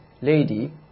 lady